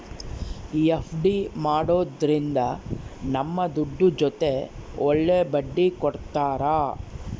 FD ಮಾಡೋದ್ರಿಂದ ನಮ್ ದುಡ್ಡು ಜೊತೆ ಒಳ್ಳೆ ಬಡ್ಡಿ ಕೊಡ್ತಾರ